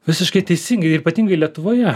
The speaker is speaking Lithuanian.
visiškai teisingai ir ypatingai lietuvoje